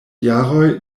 jaroj